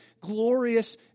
glorious